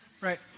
right